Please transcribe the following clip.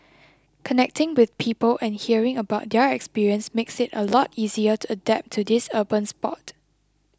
connecting with people and hearing about their experience makes it a lot easier to adapt to this urban sport